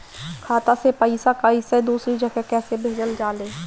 खाता से पैसा कैसे दूसरा जगह कैसे भेजल जा ले?